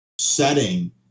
setting